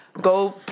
Go